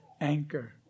anchor